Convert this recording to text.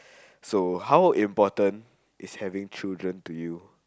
so how important is having children to you